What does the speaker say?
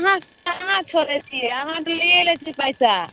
अहाँ कहाँ छोड़ैत छियै अहाँ तऽ ले लै छियै पैसा